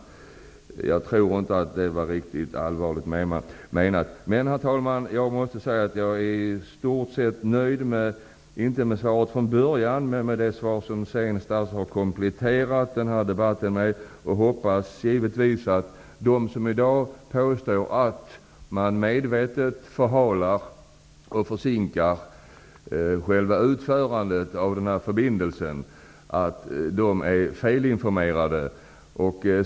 Jag tror inte att det var riktigt allvarligt menat. Men, herr talman, jag måste säga att jag är i stort sett nöjd -- inte med svaret som det såg ut från början men med det svar som statsrådet sedan har kompletterat debatten med. Jag hoppas givetvis att de som i dag påstår att man medvetet förhalar och försinkar utförandet av förbindelsen är felinformerade.